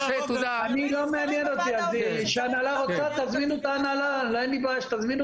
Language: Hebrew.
אין לי בעיה שתזמינו את ההנהלה שתבוא.